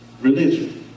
Religion